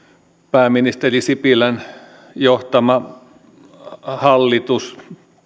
pääministeri sipilän johtama hallitus